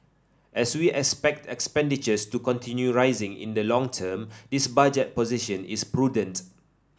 as we expect expenditures to continue rising in the long term this budget position is prudent